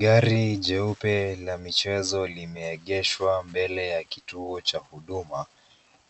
Gari jeupe la michezo limeegeshwa mbele ya kituo cha huduma